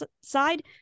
side